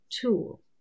tool